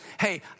hey